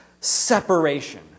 separation